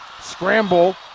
Scramble